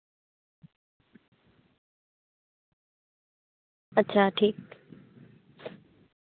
ᱟᱪᱪᱷᱟ ᱴᱷᱤᱠ